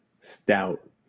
Stout